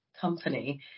company